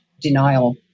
denial